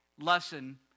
lesson